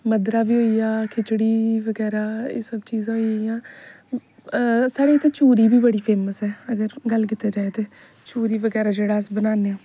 मद्धरा बी होई गेआ खिचड़ी बगैरा एह् सब चीजां होई गेइयां साढ़े इत्थेैचोरी बी बड़ी फेमस ऐ अगर गल्ल कीती जाए ते चोरी बगैरा जेहड़ा अस बनान्ने आं